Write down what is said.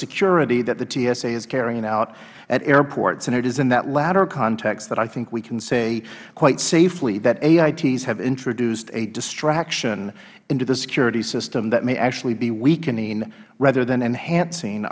security that the tsa is carrying out at airports and it is in that latter context that i think we can say quite safely that aits have introduced a distraction into the security system that may actually be weakening rather than enhancing